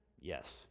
yes